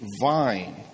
vine